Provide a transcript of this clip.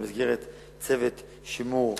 במסגרת צוות שימור ארצי.